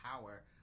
power